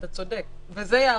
שהיא משהו הרבה יותר סופי.